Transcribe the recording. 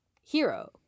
hero